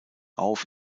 auf